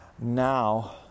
now